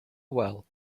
while